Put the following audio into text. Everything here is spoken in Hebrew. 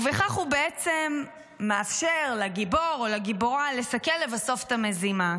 ובכך הוא מאפשר לגיבור או לגיבורה לסכל לבסוף את המזימה,